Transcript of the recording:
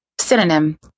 Synonym